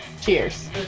Cheers